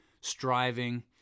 striving